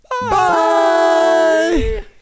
Bye